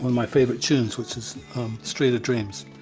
my favourite tunes which is street of dreams.